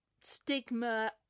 stigma